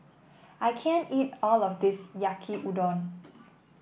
I can't eat all of this Yaki Udon